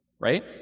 Right